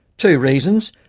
two reasons,